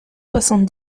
soixante